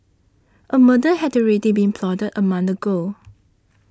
a murder had already been plotted a month ago